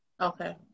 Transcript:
Okay